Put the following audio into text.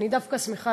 אני דווקא שמחה